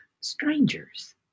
strangers